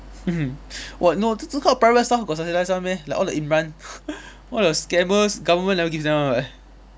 what no th~ this kind of private stuff got subsidised [one] meh like all the imran all the scammers government never give them [one] [what]